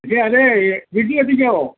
പിന്നെ അതേ വീട്ടിൽ എത്തിക്കാമോ